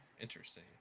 interesting